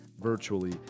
virtually